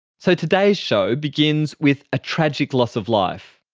so today's show begins with a tragic loss of life.